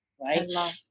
right